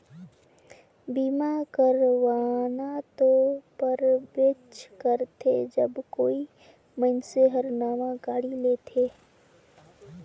बीमा करवाना तो परबेच करथे जब कोई मइनसे हर नावां गाड़ी लेथेत